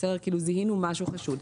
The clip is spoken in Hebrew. זהינו משהו חשוד.